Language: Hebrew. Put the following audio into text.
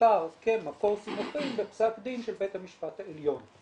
תאוזכר כמקור סימוכין בפסק דין של בית המשפט העליון.